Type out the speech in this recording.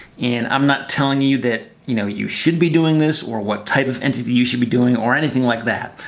and i'm not telling you you that you know you should be doing this or what type of entity you should be doing or anything like that.